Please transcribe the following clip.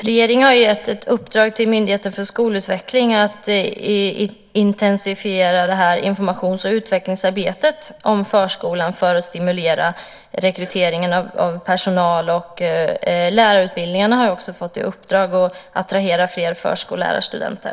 Herr talman! Regeringen har gett ett uppdrag till Myndigheten för skolutveckling att intensifiera informations och utvecklingsarbetet om förskolan för att stimulera rekryteringen av personal. Lärarutbildningarna har också fått i uppdrag att attrahera fler förskollärarstudenter.